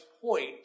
point